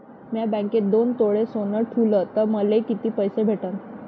म्या बँकेत दोन तोळे सोनं ठुलं तर मले किती पैसे भेटन